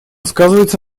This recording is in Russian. сказывается